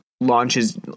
launches